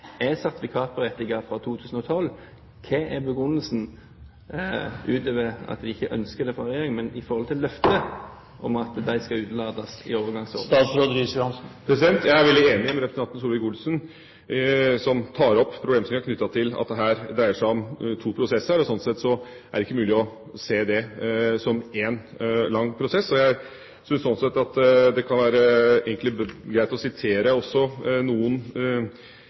2012. Hva er begrunnelsen, utover at man ikke ønsker det fra regjeringen, i forhold til løftet om at de ikke skal utelates i overgangsordningen? Jeg er veldig enig med representanten Solvik-Olsen, som tar opp problemstillingen knyttet til at det her dreier seg om to prosesser, og sånn sett er det ikke mulig å se det som én lang prosess. Jeg syns at det egentlig kan være greit å sitere noen